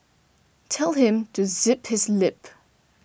tell him to zip his lip